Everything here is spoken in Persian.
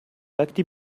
وقتی